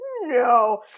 no